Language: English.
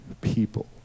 people